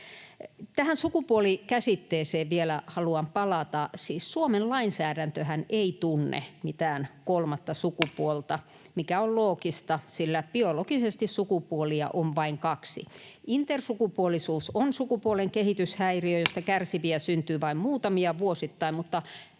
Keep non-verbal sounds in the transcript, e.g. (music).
”sukupuoli”-käsitteeseen. Siis Suomen lainsäädäntöhän ei tunne mitään kolmatta sukupuolta, (noise) mikä on loogista, sillä biologisesti sukupuolia on vain kaksi. Intersukupuolisuus on sukupuolen kehityshäiriö, josta kärsiviä syntyy vain muutamia vuosittain, mutta